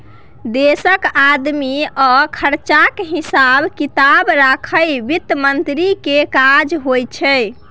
देशक आमदनी आ खरचाक हिसाब किताब राखब बित्त मंत्री केर काज होइ छै